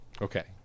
Okay